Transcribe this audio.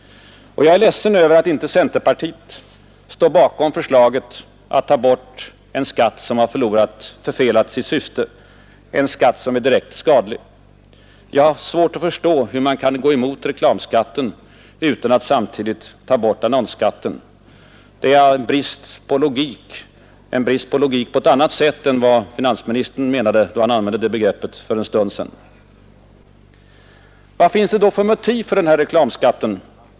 Jag är ledsen över att inte centerpartiet står bakom förslaget att ta bort en skatt som förfelat sitt syfte, en skatt som är direkt skadlig. Jag har svårt att förstå hur man kan gå emot reklamskatten utan att samtidigt vilja ha bort annonsskatten. Det är en brist på logik — ehuru på ett annat sätt än vad finansministern menade då han använde detta begrepp för en stund sedan. Vad finns det då för motiv för reklamskatten?